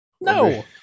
No